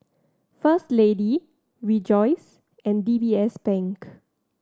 First Lady Rejoice and D B S Bank